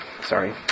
Sorry